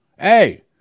Hey